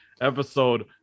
episode